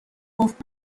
گفت